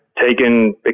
taken